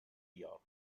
york